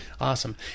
Awesome